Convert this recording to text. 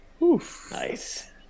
Nice